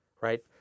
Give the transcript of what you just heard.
Right